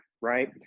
right